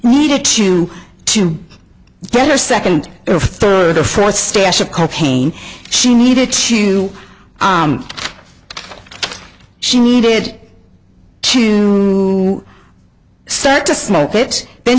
needed to to get her second or third or fourth stash of cocaine she needed to she needed to start to smoke it then